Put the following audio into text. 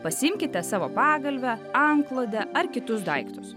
pasiimkite savo pagalvę antklodę ar kitus daiktus